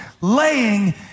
laying